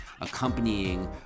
accompanying